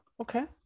Okay